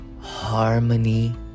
harmony